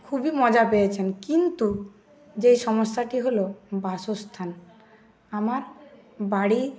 খুবই মজা পেয়েছেন কিন্তু যেই সমস্যাটি হলো বাসস্থান আমার বাড়ি